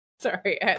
sorry